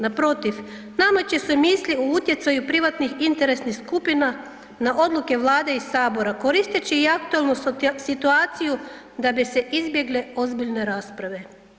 Naprotiv, nama će se misli o utjecaju privatnih interesnih skupina na odluke Vlada i sabora, koristeći i aktualnu situaciju da bi se izbjegle ozbiljne rasprave.